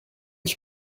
ich